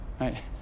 right